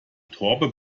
torben